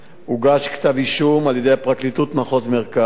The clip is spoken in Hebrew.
הוגש כתב-אישום על-ידי הפרקליטות, מחוז מרכז,